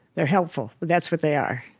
they're helpful. but that's what they are.